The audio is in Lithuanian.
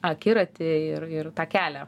akiratį ir ir tą kelią